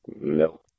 No